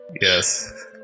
yes